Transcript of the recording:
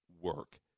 work